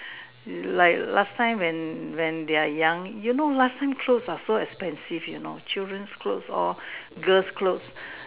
like last time when when they're young you know last time clothes are so expensive you know children clothes all girls clothes